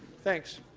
thanks.